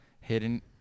hidden